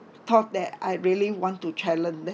thought that I really want to challenge them